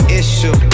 issue